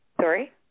Sorry